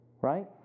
Right